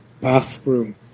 bathroom